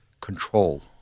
control